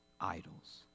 idols